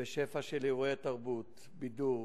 בשפע של אירועי תרבות, בידור,